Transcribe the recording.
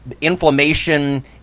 inflammation